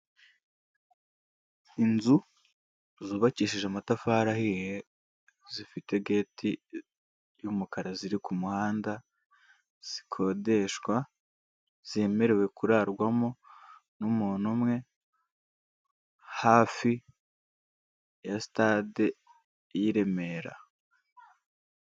Inzu zubakishije amatafari ahiye zifite geti y'umukara ziri ku muhanda, zikodeshwa zemerewe kurarwamo nt'umuntu umwe. Hafi ya sitade y'i Remera.